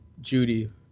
Judy